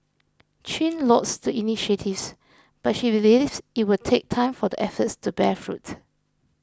Chin lauds the initiatives but she believes it will take time for the efforts to bear fruit